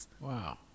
wow